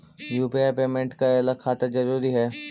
UPI payment करे ला खाता जरूरी है?